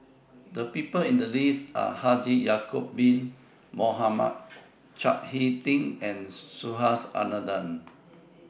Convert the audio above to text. The People included in The list Are Haji Ya'Acob Bin Mohamed Chao Hick Tin and Subhas Anandan